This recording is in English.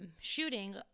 shooting